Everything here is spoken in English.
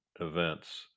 events